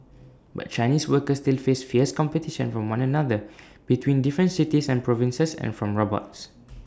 but Chinese workers still face fierce competition from one another between different cities and provinces and from robots